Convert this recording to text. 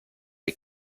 hay